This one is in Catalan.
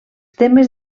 temes